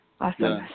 awesome